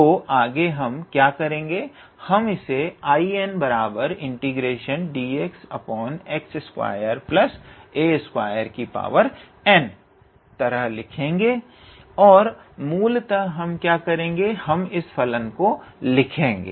तो आगे हम क्या करेंगे हम इसे Indxx2a2n तरह लिखेंगे और मूलतः हम क्या करेंगे हम इस फलन को लिखेंगे